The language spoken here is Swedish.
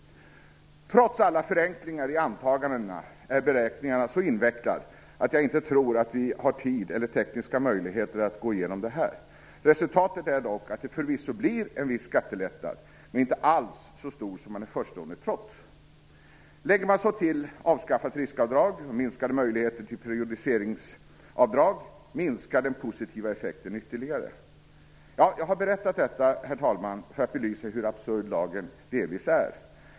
Trots alla förenklingar i antagandena är beräkningen så invecklad, att jag inte tror att vi har tid eller tekniska möjligheter att gå igenom den här. Resultatet är dock att det förvisso blir en viss skattelättnad, men inte alls så stor som man i förstone trott. Lägger man så till avskaffat riskavdrag och minskade möjligheter till periodiseringsavtal, minskar den positiva effekten ytterligare. Jag har berättat detta, herr talman, för att belysa hur absurd lagen delvis är.